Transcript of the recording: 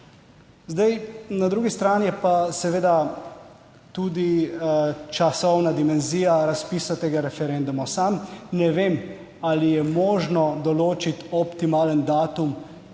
Zdaj na drugi strani je pa seveda tudi časovna dimenzija razpisa tega referenduma. Sam ne vem ali je možno določiti optimalen datum,